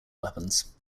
weapons